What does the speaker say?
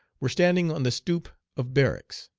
were standing on the stoop of barracks.